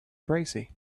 tracy